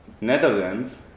Netherlands